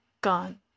gone